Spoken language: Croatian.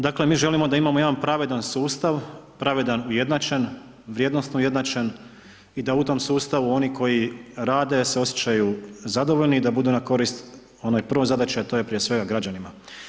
Dakle mi želimo da imamo jedan pravedan sustav, pravedan ujednačen, vrijednosno ujednačen i da u tom sustavu oni koji rade se osjećaju zadovoljni i da budu na korist onoj prvoj zadaći a to je prije svega građanima.